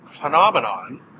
phenomenon